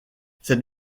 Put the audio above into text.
cette